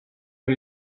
per